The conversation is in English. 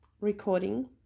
recording